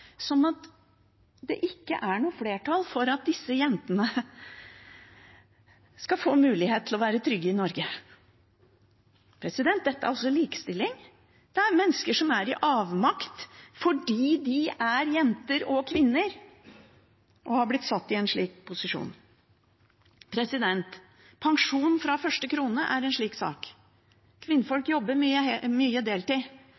at det ikke er flertall for at disse jentene skal få mulighet til å være trygge i Norge. Dette er også likestilling. Det er mennesker som kjenner avmakt fordi de er jenter og kvinner og har blitt satt i en slik posisjon. Pensjon fra første krone er en slik sak. Kvinnfolk jobber mye deltid.